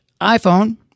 iPhone